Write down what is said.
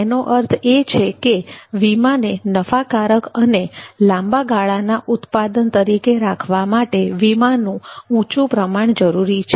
એનો અર્થ એ છે કે વીમાને નફાકારક અને લાંબા ગાળાના ઉત્પાદન તરીકે રાખવા માટે વીમાનું ઉચું પ્રમાણ જરૂરી છે